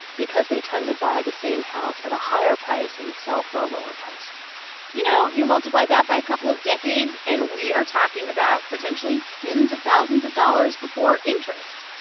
because they tend to buy the same house at a higher price and sell for a lower price you know, you multiply that by a couple of decades, and we are talking about potentially tens of thousands of dollars before interest.